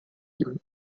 route